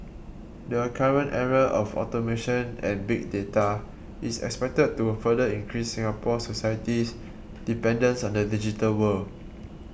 the current era of automation and big data is expected to further increase Singapore society's dependence on the digital world